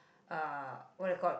uh what do you call